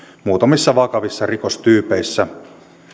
muutamissa vakavissa rikostyypeissä